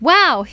Wow